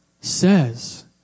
says